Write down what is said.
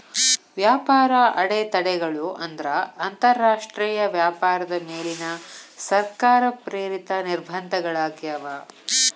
ವ್ಯಾಪಾರ ಅಡೆತಡೆಗಳು ಅಂದ್ರ ಅಂತರಾಷ್ಟ್ರೇಯ ವ್ಯಾಪಾರದ ಮೇಲಿನ ಸರ್ಕಾರ ಪ್ರೇರಿತ ನಿರ್ಬಂಧಗಳಾಗ್ಯಾವ